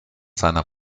seiner